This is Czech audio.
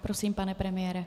Prosím, pane premiére.